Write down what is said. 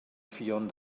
ffion